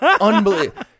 Unbelievable